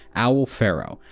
owl pharaoh,